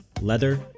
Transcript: leather